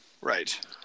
right